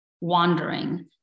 wandering